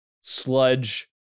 sludge